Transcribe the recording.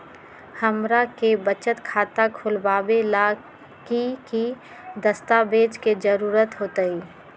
हमरा के बचत खाता खोलबाबे ला की की दस्तावेज के जरूरत होतई?